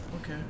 Okay